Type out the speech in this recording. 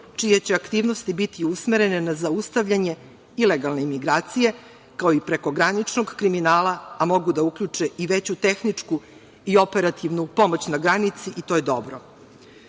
čije će aktivnosti biti usmerene na zaustavljanje ilegalne imigracije, kao i prekograničnog kriminala, a mogu da uključe i veću tehničku i operativnu pomoć na granici i to je dobro. Ono